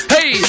Hey